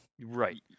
Right